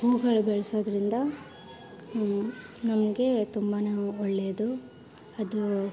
ಹೂವುಗಳ್ ಬೆಳೆಸೋದ್ರಿಂದ ನಮಗೆ ತುಂಬ ಒಳ್ಳೆಯದು ಅದು